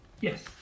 Yes